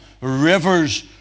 rivers